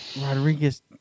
Rodriguez